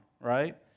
right